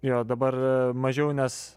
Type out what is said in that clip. jo dabar mažiau nes